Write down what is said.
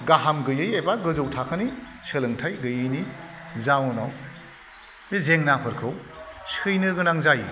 गाहाम गैयै एबा गोजौ थाखोनि सोलोंथाय गैयिनि जाउनाव बे जेंनाफोरखौ सैनो गोनां जायो